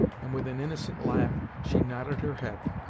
and with an innocent laugh, she nodded her head,